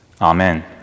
Amen